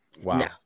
Wow